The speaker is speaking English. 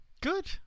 Good